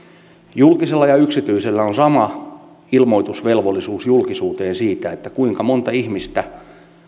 julkisella ja yksityisellä on sama ilmoitusvelvollisuus julkisuuteen siitä kuinka monta ihmistä